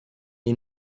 ihn